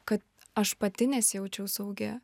kad aš pati nesijaučiau saugi